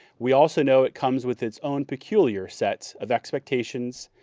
we also know it comes with its own peculiar set of expectations,